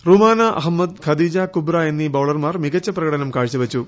റുമാന അഹമ്മദ് ഖദീജ കുബ്റ എന്നീ ബൌളർമാർ മികച്ച പ്രകടനം കാഴ്ചവെച്ചു